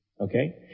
Okay